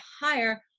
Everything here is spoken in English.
higher